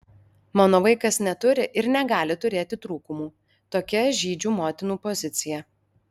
mano vaikas neturi ir negali turėti trūkumų tokia žydžių motinų pozicija